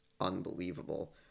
unbelievable